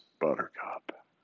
Buttercup